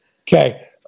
okay